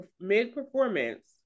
mid-performance